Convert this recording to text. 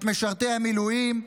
את משרתי המילואים,